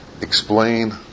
Explain